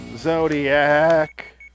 Zodiac